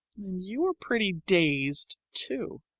and you were pretty dazed, too.